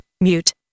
mute